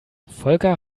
volker